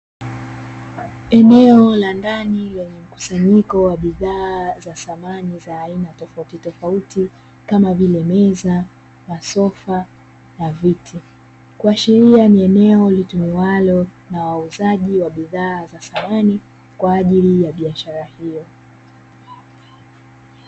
Eneo la ndani lenye mkusanyiko wa bidhaa za samani za aina tofautitofauti, kama vile; meza, masofa, na viti kuashiria ni eneo litumiwalo na wauzaji wa bidhaa za samani kwa ajili ya biashara hiyo.